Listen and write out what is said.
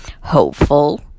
hopeful